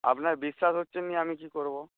আপনার বিশ্বাস হচ্ছে না আমি কী করবো